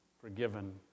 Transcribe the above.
forgiven